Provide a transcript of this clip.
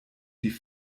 die